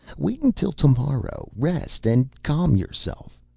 wait until tomorrow. rest and calm yourself.